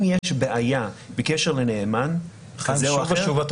אם יש בעיה בקשר לנאמן כזה או אחר --- אתה